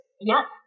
Yes